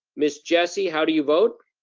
miss jessie, how do you vote?